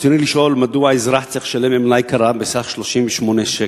ברצוני לשאול: 1. מדוע האזרח צריך לשלם עמלה יקרה בסך 38 שקל?